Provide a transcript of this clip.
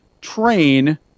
train